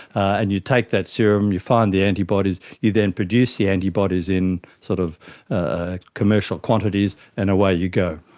and you take that serum and you find the antibodies, you then produce the antibodies in sort of ah commercial quantities and away you go.